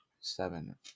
seven